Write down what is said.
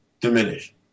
diminish